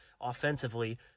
offensively